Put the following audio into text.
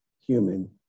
human